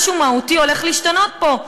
משהו מהותי הולך להשתנות פה.